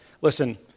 Listen